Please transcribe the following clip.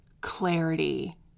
clarity